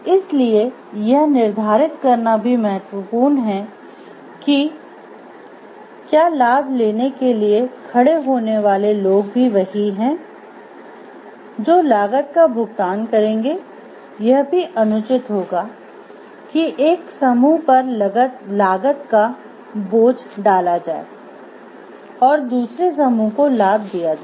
इसलिए यह निर्धारित करना भी महत्वपूर्ण है कि क्या लाभ लेने के लिए खड़े होने वाले लोग भी वही हैं जो लागत का भुगतान करेंगे यह भी अनुचित होगा कि एक समूह पर लगत का बोझ डाला जाये और दुसरे समूह को लाभ दिया जाये